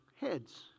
heads